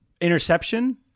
interception